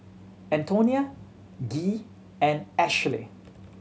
Antonina Gee and Ashely